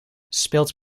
speelt